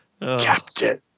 captain